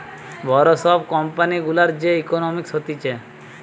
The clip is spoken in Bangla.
বড় সব কোম্পানি গুলার যে ইকোনোমিক্স হতিছে